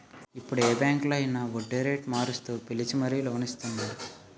ఇప్పుడు ఏ బాంకులో అయినా వడ్డీరేటు మారుస్తూ పిలిచి మరీ లోన్ ఇస్తున్నారు